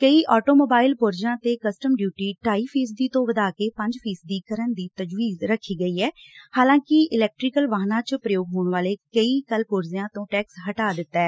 ਕਈ automobile ਪੁਰਜਿਆਂ ਤੇ ਕਸਟਮ ਡਿਉਟੀ ਢਾਈ ਫੀਸਦੀ ਤੋਂ ਵਧਾਕੇ ਪੰਜ ਫ਼ੀਸਦੀ ਕਰਨ ਦੀ ਤਜਵੀਜ ਰੱਖੀ ਗਈ ਐ ਹਾਲਾਂਕਿ ਇਲੈਕਟਰਾਨਿਕ ਵਾਹਨਾਂ ਚ ਪ੍ਰਯੋਗ ਹੋਣ ਵਾਲੇ ਕਈ ਪੁਰਜਿਆਂ ਤੋਂ ਟੈਕਸ ਹਟਾ ਦਿੱਤੈ